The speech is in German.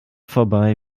vorbei